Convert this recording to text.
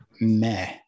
meh